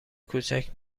کوچک